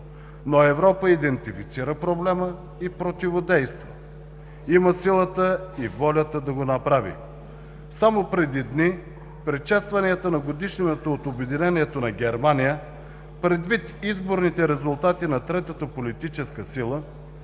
но Европа идентифицира проблема и противодейства, има силата и волята да го направи. Само преди дни при честванията на годишнината от обединението на Германия, предвид изборните резултати на третата политическа сила,